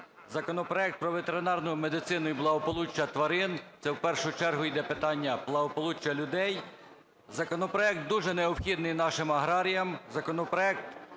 Законопроект "Про ветеринарну медицину і благополуччя тварин" це в першу чергу йде питання благополуччя людей. Законопроект дуже необхідний нашим аграріям.